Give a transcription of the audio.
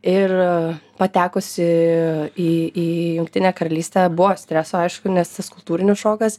ir patekusi į į jungtinę karalystę buvo streso aišku nes tas kultūrinis šokas